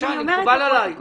מקובל עלי.